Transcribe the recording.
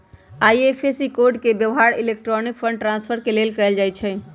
IFSC code के व्यव्हार electronic fund transfer के लेल कएल जाइ छइ